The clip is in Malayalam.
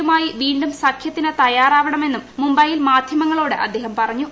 യുമായി വീണ്ടും സഖ്യത്തിനു തയ്യാറാവണമെന്നും മുംബൈയിൽ മാധ്യമങ്ങളോട് അദ്ദേഹം പറഞ്ഞു